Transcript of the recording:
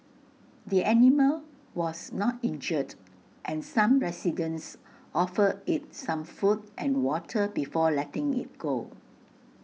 the animal was not injured and some residents offered IT some food and water before letting IT go